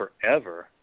forever